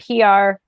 PR